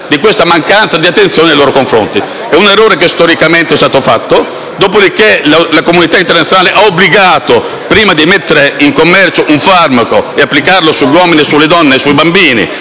di questa mancanza di attenzione nei loro confronti. È un errore che storicamente è stato fatto. Dopo di che la comunità internazionale ha obbligato, prima di mettere in commercio un farmaco e di applicarlo sugli uomini, sulle donne e sui bambini,